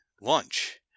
lunch